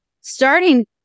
starting